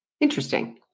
Interesting